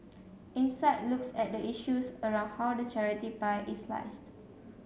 insight looks at the issues around how the charity pie is sliced